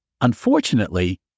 Unfortunately